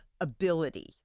ability